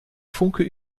funke